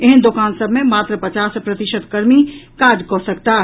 एहेन दोकान सभ मे मात्र पचास प्रतिशत कर्मी काज कऽ सकताह